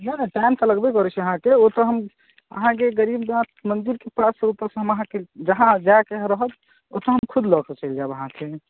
नहि नहि टाइम तऽ लगबे करैत छै अहाँकेँ ओ तऽ हम अहाँकेँ गरीबनाथ मन्दिरके पास ओतऽसँ हम अहाँकेँ जहाँ जाएके रहत ओतऽसँ हम खुद लऽ कऽ चलि जाएब अहाँकेँ